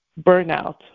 burnout